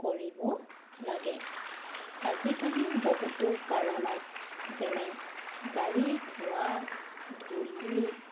কৰিব লাগে আজিকালি বহুতো কাৰণত যেনে গাড়ীৰ ধোঁৱা ধূলি